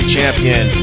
Champion